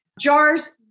jars